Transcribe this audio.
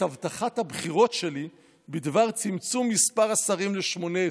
הבטחת הבחירות שלי בדבר צמצום מספר השרים ל-18,